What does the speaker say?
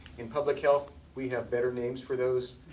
in public health, we have better names for those.